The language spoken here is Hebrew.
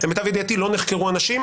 למיטב ידיעתי לא נחקרו אנשים.